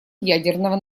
ядерного